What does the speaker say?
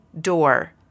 door